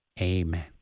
Amen